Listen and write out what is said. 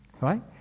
right